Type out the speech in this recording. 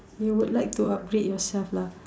you would like to update yourself lah